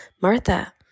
Martha